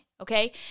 Okay